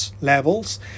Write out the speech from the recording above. levels